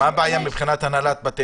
מה עמדת הנהלת בתי